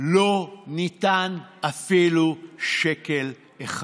לא ניתן אפילו שקל אחד.